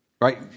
right